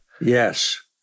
Yes